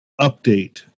update